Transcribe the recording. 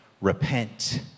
Repent